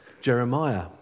Jeremiah